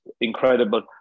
incredible